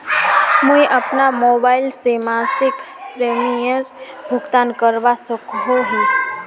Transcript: मुई अपना मोबाईल से मासिक प्रीमियमेर भुगतान करवा सकोहो ही?